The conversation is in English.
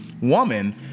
woman